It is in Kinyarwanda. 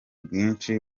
bwinshi